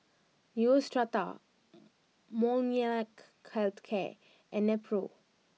Neostrata Molnylcke Health Care and Nepro